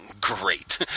Great